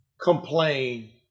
complain